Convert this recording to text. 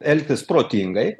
elkis protingai